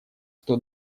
сто